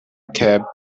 cab